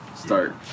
Start